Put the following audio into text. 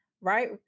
right